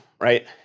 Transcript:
right